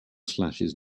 slashes